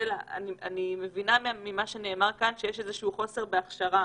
אני מבינה ממה שנאמר כאן שיש איזה שהוא חוסר בהכשרה